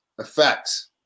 Effects